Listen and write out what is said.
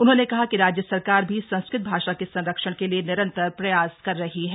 उन्होंने कहा कि राज्य सरकार भी संस्कृत भाषा के संरक्षण के लिए निरंतर प्रयास कर रही है